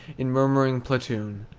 in murmuring platoon!